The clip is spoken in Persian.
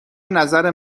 نظر